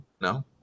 No